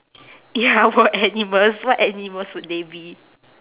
ya what animals what animals would they be